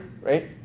right